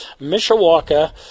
Mishawaka